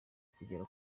kugera